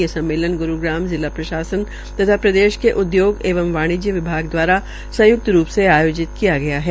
ये सम्मेलन ग्रूग्राम जिला प्रशासन तथा प्रदेश के उदयोग एवं वाणिज्य विभाग दवारा संयुक्त रू से आयोजित किया गया है